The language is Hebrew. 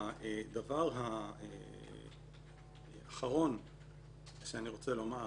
הדבר האחרון שאני רוצה לומר